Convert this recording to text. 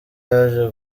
yaje